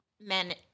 men